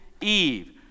Eve